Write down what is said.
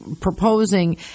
proposing